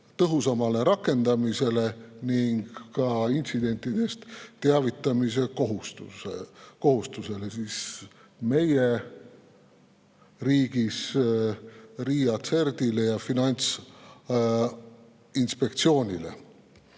tõhusamale rakendamisele ning ka intsidentidest teavitamise kohustusele. Meie riigis siis RIA CERT-ile ja Finantsinspektsioonile.